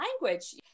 language